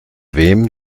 wem